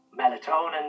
melatonin